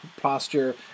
posture